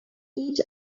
each